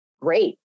great